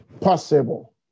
possible